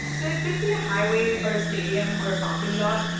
so it could be a highway or a stadium or a parking lot.